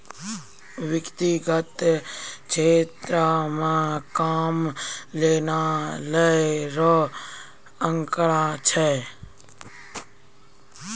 व्यक्तिगत क्षेत्रो म कम लोन लै रो आंकड़ा छै